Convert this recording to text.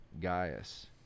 Gaius